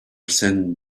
send